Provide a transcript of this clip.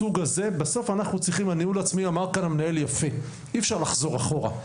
בסוף ואמר כך המנהל באופן יפה אי אפשר לחזור אחורה.